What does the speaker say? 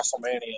WrestleMania